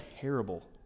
terrible